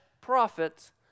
profits